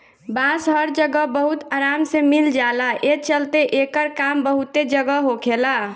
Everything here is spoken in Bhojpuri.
बांस हर जगह बहुत आराम से मिल जाला, ए चलते एकर काम बहुते जगह होखेला